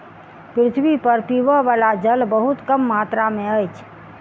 पृथ्वी पर पीबअ बला जल बहुत कम मात्रा में अछि